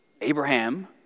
Abraham